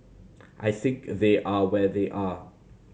I think they are where they are